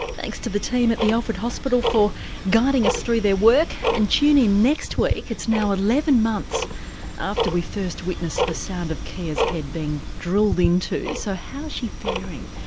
thanks to the team at the alfred hospital for guiding us through their work. and tune in next week it's now eleven months after we first witnessed the sound of kia's head being drilled into. so, how's she faring?